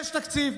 יש תקציב.